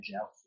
out